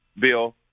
bill